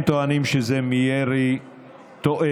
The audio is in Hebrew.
הם טוענים שזה מירי טועה,